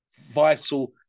vital